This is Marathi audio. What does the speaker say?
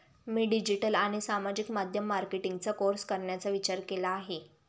मी डिजिटल आणि सामाजिक माध्यम मार्केटिंगचा कोर्स करण्याचा विचार केला आहे